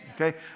Okay